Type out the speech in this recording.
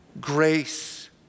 grace